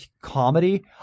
comedy